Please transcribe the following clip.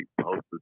posted